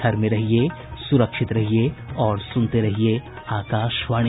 घर में रहिये सुरक्षित रहिये और सुनते रहिये आकाशवाणी